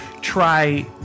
try